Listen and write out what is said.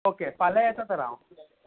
okay फाल्यां येता तर हांव